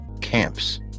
camps